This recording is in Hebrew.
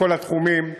מכל התחומים,